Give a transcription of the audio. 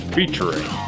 Featuring